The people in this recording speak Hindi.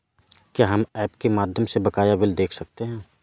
क्या हम ऐप के माध्यम से बकाया बिल देख सकते हैं?